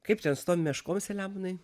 kaip ten su tom meškom selemonai